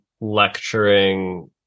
lecturing